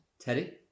Teddy